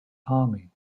army